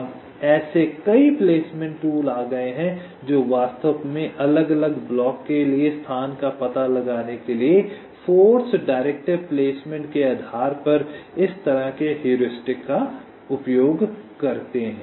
अब ऐसे कई प्लेसमेंट टूल आ गए हैं जो वास्तव में अलग अलग ब्लॉक के लिए स्थान का पता लगाने के लिए फोर्स डायरेक्टिव प्लेसमेंट के आधार पर इस तरह के हेयुरिस्टिक का उपयोग करते हैं